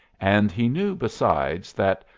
and he knew besides that,